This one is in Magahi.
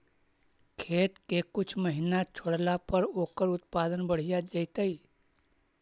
खेत के कुछ महिना छोड़ला पर ओकर उत्पादन बढ़िया जैतइ?